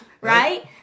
right